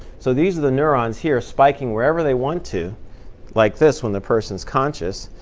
so these are the neurons here spiking wherever they want to like this when the person is conscious,